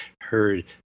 heard